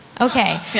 Okay